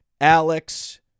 Alex